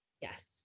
Yes